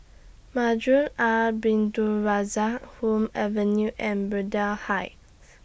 Masjid Al Abdul Razak Hume Avenue and Braddell Heights